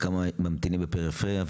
כמה ממתינים בפריפריה,